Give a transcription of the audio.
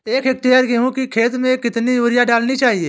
एक हेक्टेयर गेहूँ की खेत में कितनी यूरिया डालनी चाहिए?